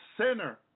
sinner